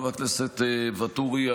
חבר הכנסת ואטורי.